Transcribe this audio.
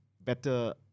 better